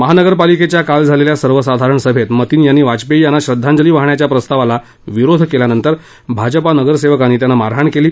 महानगरपालिकेच्या काल झालेल्या सर्वसाधारण सभेत मतीन यांनी वाजपेयी यांना श्रद्धांजली वाहण्याच्या प्रस्तावाला विरोध केल्यानंतर भाजप नगरसेवकांनी त्यांना मारहाण केली